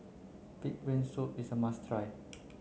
pig brain soup is a must try